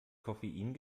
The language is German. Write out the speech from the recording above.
koffein